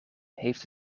heeft